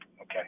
okay